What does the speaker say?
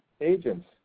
agents